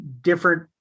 different